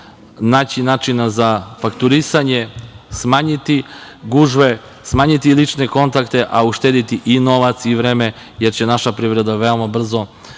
naći načina za fakturisanje, smanjiti gužve, smanjiti lične kontakte, a uštedeti i novac i vreme, jer će naša privreda veoma brzo